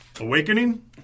Awakening